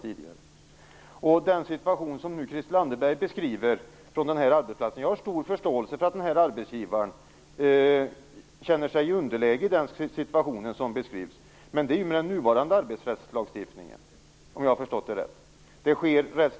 När det gäller den arbetsplatssituation som Christel Anderberg nyss beskrev vill jag säga att jag har stor förståelse för att arbetsgivaren upplever sig vara i underläge i omnämnda situation. Det gäller då den nuvarande arbetsrättslagstiftningen, om jag förstått saken rätt.